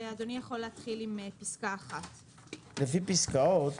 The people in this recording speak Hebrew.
ואדוני יכול להתחיל עם פסקה 1. לפי פסקאות,